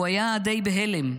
הוא היה די בהלם.